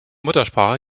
muttersprache